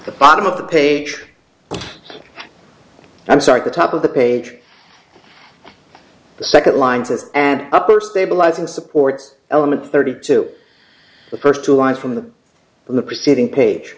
the bottom of the page i'm sorry the top of the page the second line to and upper stabilizing supports element thirty two the first two lines from the from the preceding page